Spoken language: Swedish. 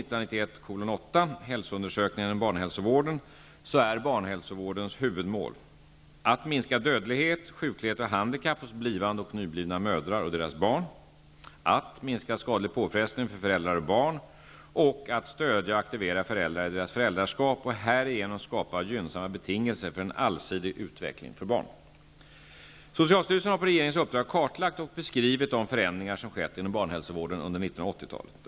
Hälsoundersökningar inom barnhälsovården är barnhälsovårdens huvudmål --att minska dödlighet, sjuklighet och handikapp hos blivande och nyblivna mödrar och deras barn, --att minska skadlig påfrestning för föräldrar och barn och --att stödja och aktivera föräldrar i deras föräldraskap och härigenom skapa gynnsamma betingelser för en allsidig utveckling för barn. Socialstyrelsen har på regeringens uppdrag kartlagt och beskrivit de förändringar som skett inom barnhälsovården under 1980-talet.